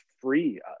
free